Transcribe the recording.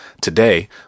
today